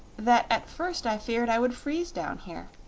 that at first i feared i would freeze down here.